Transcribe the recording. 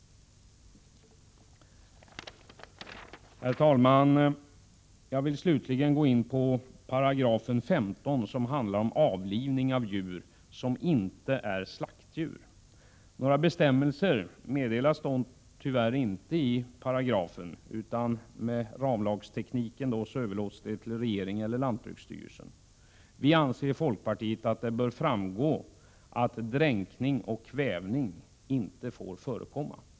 Herr talman! Jag vill slutligen gå in på 15 § som handlar om avlivning av djur som inte är slaktdjur. Några bestämmelser meddelas tyvärr inte i paragrafen. Med ramlagstekniken överlåts det till regeringen eller lantbruksstyrelsen. Vii folkpartiet anser att det bör framgå att dränkning och kvävning inte får förekomma.